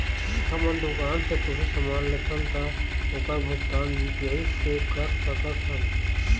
हमन दुकान से कुछू समान लेथन ता ओकर भुगतान यू.पी.आई से कर सकथन?